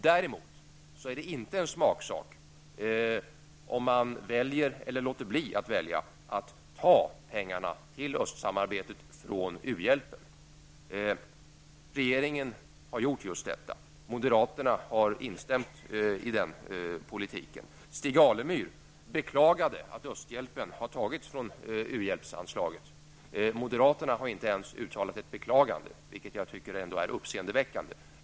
Däremot är det inte en smaksak om man väljer, eller låter bli att välja, att ta pengarna till östsamarbetet från u-hjälpen. Det är just detta som regeringen har gjort. Moderaterna har instämt i den politiken. Stig Alemyr beklagade att östhjälpen har tagits från uhjälpsanslaget. Moderaterna har inte ens uttalat ett beklagande, vilket jag anser uppseendeväckande.